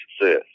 success